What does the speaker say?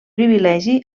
privilegi